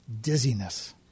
dizziness